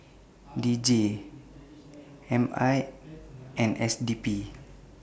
D J M I and S D P